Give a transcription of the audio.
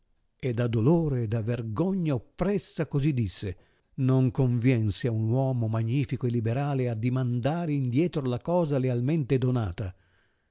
e da dolore e da vergogna oppressa così disse non conviensi ad uomo magnifico e liberale addimandare in dietro la cosa lealmente donata